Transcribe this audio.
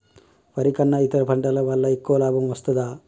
వరి కన్నా ఇతర పంటల వల్ల ఎక్కువ లాభం వస్తదా?